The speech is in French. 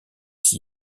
s’y